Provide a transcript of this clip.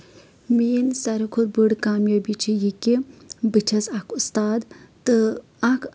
میٲنۍ ساروی کھۄتہٕ بٔڑ کامیٲبی چھِ یہِ کہِ بہٕ چھَس اکھ اُستاد تہٕ اکھ